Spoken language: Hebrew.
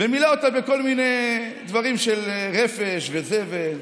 ומילא אותה בכל מיני דברים של רפש וזבל,